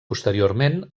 posteriorment